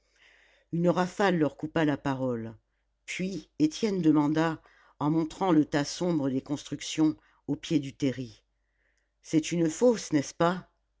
une rafale leur coupa la parole puis étienne demanda en montrant le tas sombre des constructions au pied du terri c'est une fosse n'est-ce pas